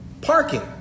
parking